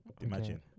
imagine